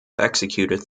executed